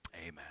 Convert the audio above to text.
amen